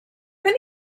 have